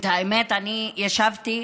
האמת, אני ישבתי